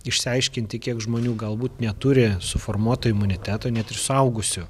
išsiaiškinti kiek žmonių galbūt neturi suformuoto imuniteto net ir suaugusių